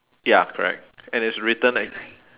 ya correct and it's written like